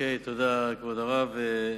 תודה, כבוד הרב.